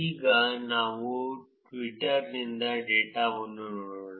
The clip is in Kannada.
ಈಗ ನಾವು ಟ್ವಿಟರ್ ನಿಂದ ಡೇಟಾವನ್ನು ನೋಡೋಣ